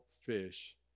fish